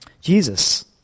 Jesus